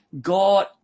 God